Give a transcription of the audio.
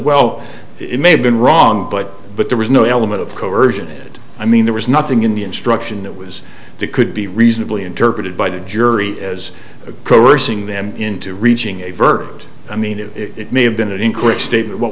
well it may have been wrong but but there was no element of coersion it i mean there was nothing in the instruction that was to could be reasonably interpreted by the jury as coercing them into reaching a verdict i mean it may have been an increase statement what